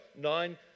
Nine